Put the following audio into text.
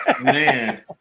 Man